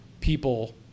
people